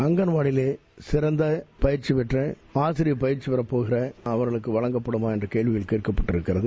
அங்கன்வாடிகளில் சிறந்த பயிற்சி பெற்ற ஆசிரியர் பயிற்சி பெறப்போகிற அவர்களுக்கு வழங்கப்படுமா என்ற கேள்வி கேட்கப்பட்டுள்ளது